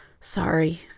Sorry